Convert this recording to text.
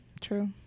True